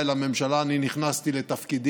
71, נגד, 13,